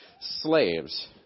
Slaves